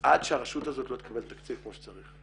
עד שהרשות הזאת לא תקבל תקציב כמו שצריך.